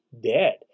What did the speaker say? dead